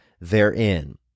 therein